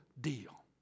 deal